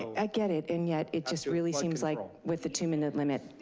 i get it, and yet it just really seems like, with the two minute limit,